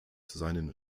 seinen